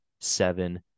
seven